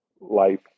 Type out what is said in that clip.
life